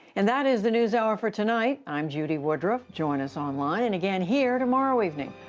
and that is the newshour for tonight. i'm judy woodruff. join us online and again here tomorrow evening.